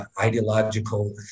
ideological